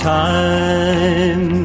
time